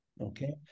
Okay